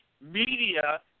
media